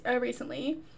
recently